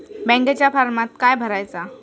बँकेच्या फारमात काय भरायचा?